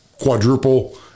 quadruple